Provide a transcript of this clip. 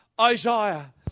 Isaiah